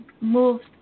moved